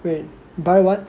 wait buy what